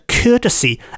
courtesy